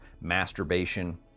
masturbation